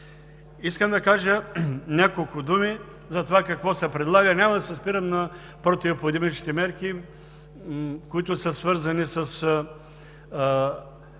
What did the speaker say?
Искам да кажа няколко думи за това какво се предлага. Няма да се спирам на противоепидемичните мерки, които са свързани със